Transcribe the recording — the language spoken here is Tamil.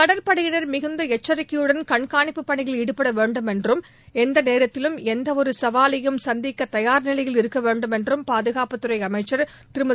கடற்படையினர் மிகுந்த எச்சரிக்கையுடன் கண்காணிப்பு பணியில் ஈடுபட வேண்டும் என்றும் எந்தநேரத்திலும் எந்தவொரு சவாலையும் சந்திக்க தயார் நிலையில் இருக்க வேண்டும் என்றும் பாதகாப்புத்துறை அமைச்சர் திருமதி